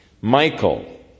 Michael